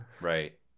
Right